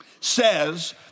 says